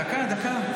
דקה, דקה.